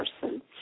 person